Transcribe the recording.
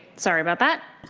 sorry about that.